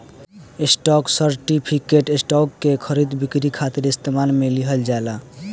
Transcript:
stock certificate, stock के खरीद बिक्री खातिर इस्तेमाल में लिहल जाला